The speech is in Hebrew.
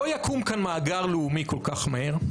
לא יקום כאן מאגר לאומי כל כך מהר.